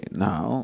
now